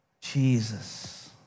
Jesus